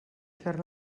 fer